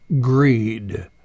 greed